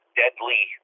deadly